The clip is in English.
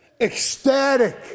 Ecstatic